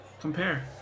Compare